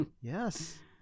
yes